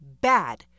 bad